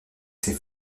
ces